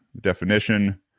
definition